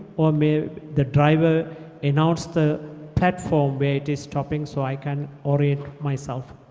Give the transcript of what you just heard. or maybe the driver announce the platform where it is stopping, so i can orient myself.